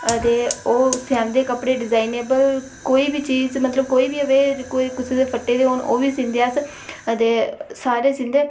अदे ओह् सिांदे कपड़े डिजाइनएवल कोई बी चीज मतलब कोई कोई कुसै दे फट्टे दे होन ओह् बी सींदे अस अदे सारे सींदे